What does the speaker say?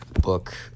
book